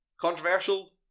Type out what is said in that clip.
Controversial